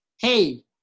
hey